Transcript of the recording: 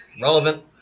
relevant